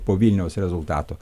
po vilniaus rezultatų